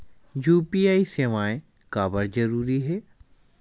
UPI सेवाएं काबर जरूरी हे?